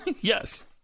yes